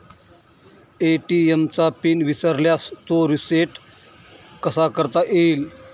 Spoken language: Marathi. ए.टी.एम चा पिन विसरल्यास तो रिसेट कसा करता येईल?